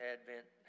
Advent